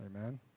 Amen